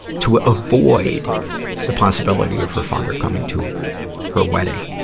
to avoid the possibility of her father coming to her wedding.